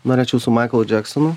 norėčiau su maiklu džeksonu